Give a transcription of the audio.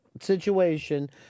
situation